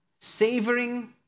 Savoring